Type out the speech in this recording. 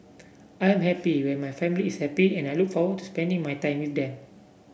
I am happy when my family is happy and I look forward to spending my time with them